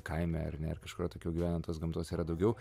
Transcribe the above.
kaime ar ne ar kažkur atokiau gyvenant tos gamtos yra daugiau